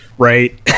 Right